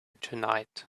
tonight